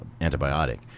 antibiotic